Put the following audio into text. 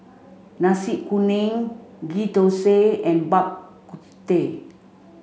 Nasi Kuning Ghee Thosai and Bak Kut Teh